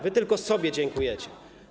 Wy tylko sobie dziękujecie.